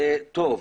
זה טוב,